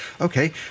Okay